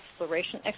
exploration